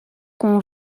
qu’on